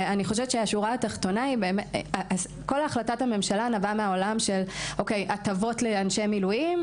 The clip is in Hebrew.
ואני חושבת שכל החלטות הממשלה נבעו מהעולם של הטבות לאנשי מילואים,